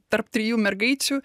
tarp trijų mergaičių